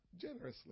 generously